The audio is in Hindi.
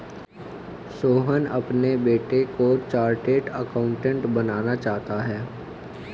सोहन अपने बेटे को चार्टेट अकाउंटेंट बनाना चाहता है